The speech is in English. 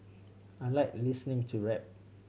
I like listening to rap